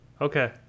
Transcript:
Okay